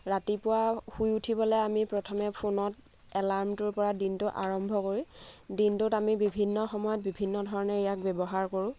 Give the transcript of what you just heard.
ৰাতিপুৱা শুই উঠিবলৈ আমি প্ৰথমে ফোনত এলাৰ্মটোৰ পৰা দিনটো আৰম্ভ কৰি দিনটোত আমি বিভিন্ন সময়ত বিভিন্ন ধৰণে ইয়াক ব্যৱহাৰ কৰোঁ